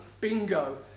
bingo